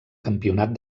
campionat